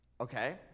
okay